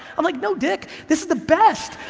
i'm like, no, dick, this is the best,